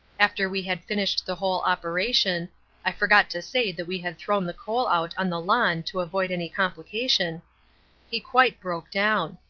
after we had finished the whole operation i forgot to say that we had thrown the coal out on the lawn to avoid any complication he quite broke down.